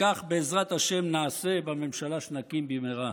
וכך בעזרת השם נעשה בממשלה שנקים במהרה.